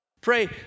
Pray